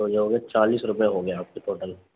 تو یہ ہو گئے چالیس روپیے ہو گئے آپ کے ٹوٹل